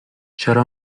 چرا